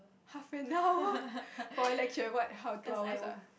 half an hour for a lecture what how two hours ah